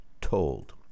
told